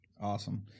awesome